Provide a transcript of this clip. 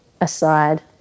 aside